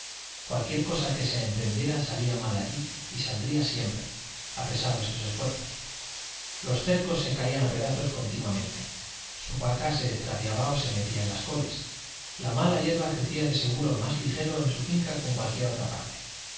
cualquiera cosa que se emprendiera salía mal allí y saldría siempre a pesar de sus esfuerzos los cercos se caían a pedazos contínuamente su vaca se extraviaba o se metía en las coles la mala hierba crecía de seguro más ligero en su finca que en cualquiera otra parte